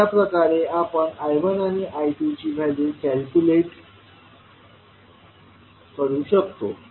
अशा प्रकारे आपण I1 आणि I2ची व्हॅल्यू कॅल्क्युलेट करू शकतो